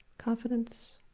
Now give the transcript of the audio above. confidence,